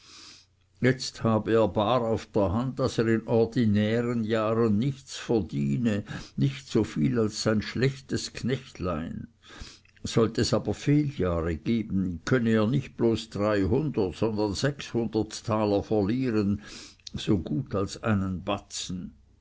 jetzt habe er bar auf der hand daß er in ordinären jahren nichts verdiene nicht so viel als sein schlechtest knechtlein sollte es aber fehljahre geben könne er nicht bloß dreihundert sondern sechshundert taler verlieren so gut als einen batzen